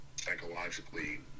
psychologically